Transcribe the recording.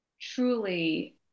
truly